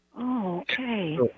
Okay